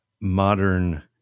modern